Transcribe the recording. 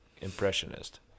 impressionist